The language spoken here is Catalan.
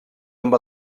amb